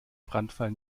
brandfall